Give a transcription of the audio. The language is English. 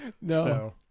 no